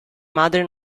madre